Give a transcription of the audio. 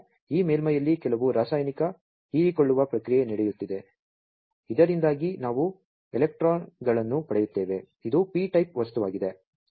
ಆದ್ದರಿಂದ ಈ ಮೇಲ್ಮೈಯಲ್ಲಿ ಕೆಲವು ರಾಸಾಯನಿಕ ಹೀರಿಕೊಳ್ಳುವ ಪ್ರಕ್ರಿಯೆ ನಡೆಯುತ್ತಿದೆ ಇದರಿಂದಾಗಿ ನಾವು ಎಲೆಕ್ಟ್ರಾನ್ಗಳನ್ನು ಪಡೆಯುತ್ತೇವೆ ಇದು p ಟೈಪ್ ವಸ್ತುವಾಗಿದೆ